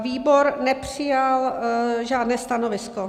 Výbor nepřijal žádné stanovisko.